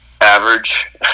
average